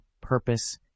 purpose